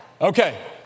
Okay